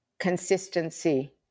consistency